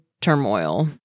turmoil